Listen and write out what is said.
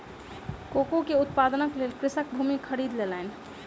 cocoa के उत्पादनक लेल कृषक भूमि खरीद लेलैन